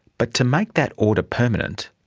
but to make that order permanent,